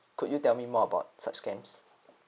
could you tell me more about such scams